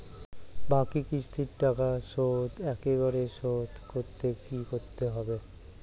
বাকি কিস্তির টাকা শোধ একবারে শোধ করতে কি করতে হবে?